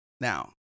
Now